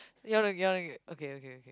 okay okay